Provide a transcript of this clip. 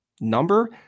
number